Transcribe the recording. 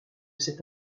cette